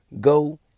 Go